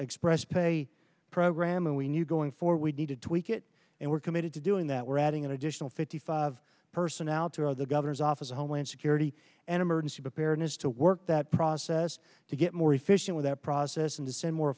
express pay program and we knew going for we needed to tweak it and we're committed to doing that we're adding an additional fifty five personnel to all the governor's office of homeland security and emergency preparedness to work that process to get more efficient with that process and to send more